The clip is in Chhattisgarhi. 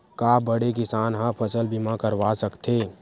का बड़े किसान ह फसल बीमा करवा सकथे?